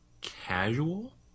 casual